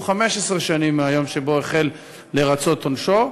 15 שנים מהיום שבו החל לרצות את עונשו,